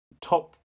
top